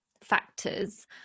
factors